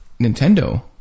Nintendo